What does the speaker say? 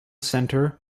centre